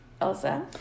Elsa